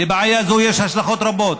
לבעיה זו יש השלכות רבות,